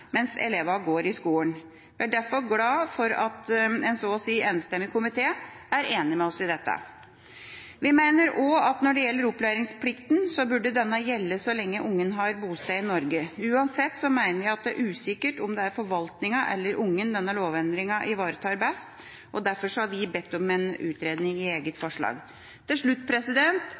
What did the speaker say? mens elevene går i skolen. Vi er derfor glad for at en så å si enstemmig komité er enig med oss i dette. Vi mener også at når det gjelder opplæringsplikten, burde denne gjelde så lenge barnet har bosted i Norge. Uansett mener vi at det er usikkert om det er forvaltningen eller barnet denne lovendringen ivaretar best, og derfor har vi bedt om en utredning i eget forslag. Til slutt: